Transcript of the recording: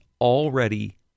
already